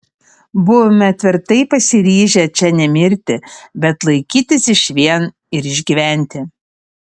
buvome tvirtai pasiryžę čia nemirti bet laikytis išvien ir išgyventi